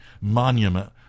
monument